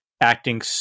acting –